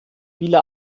viele